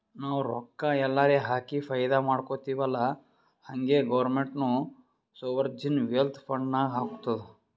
ನಾವು ರೊಕ್ಕಾ ಎಲ್ಲಾರೆ ಹಾಕಿ ಫೈದಾ ಮಾಡ್ಕೊತಿವ್ ಅಲ್ಲಾ ಹಂಗೆ ಗೌರ್ಮೆಂಟ್ನು ಸೋವರ್ಜಿನ್ ವೆಲ್ತ್ ಫಂಡ್ ನಾಗ್ ಹಾಕ್ತುದ್